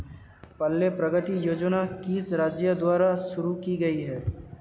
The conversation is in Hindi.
पल्ले प्रगति योजना किस राज्य द्वारा शुरू की गई है?